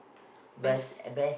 best